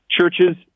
churches